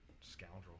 scoundrel